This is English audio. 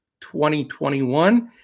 2021